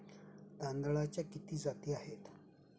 तांदळाच्या किती जाती आहेत?